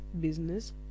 business